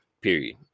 period